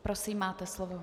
Prosím, máte slovo.